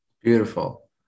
Beautiful